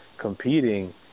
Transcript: competing